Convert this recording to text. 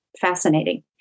fascinating